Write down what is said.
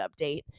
update